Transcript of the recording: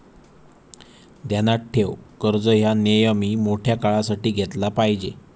ध्यानात ठेव, कर्ज ह्या नेयमी मोठ्या काळासाठी घेतला पायजे